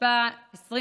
התשפ"א 2021,